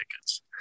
tickets